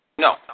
No